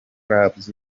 clubs